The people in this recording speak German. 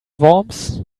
worms